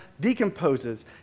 decomposes